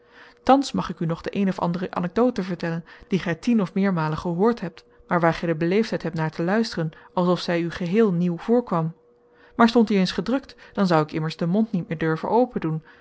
thans mag ik u nog de eene of andere anecdote vertellen die gij tien of meermalen gehoord hebt maar waar gij de beleefdheid hebt naar te luisteren als of zij u geheel nieuw voorkwam maar stond die eens gedrukt dan zoû ik immers den mond niet meer durven opendoen